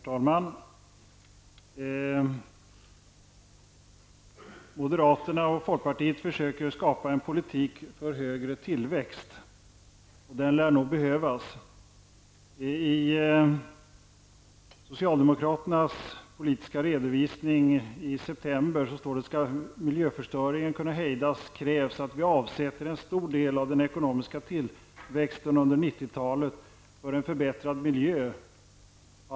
Herr talman! Moderaterna och folkpartiet försöker skapa en politik för högre tillväxt, och den lär nog behövas. I socialdemokraternas politiska redovisning i september står det: Skall miljöförstöringen kunna hejdas krävs det att vi avsätter en stor del av den ekonomiska tillväxten under 90-talet för en förbättrad miljö.